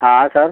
हाँ सर